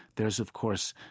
there's, of course,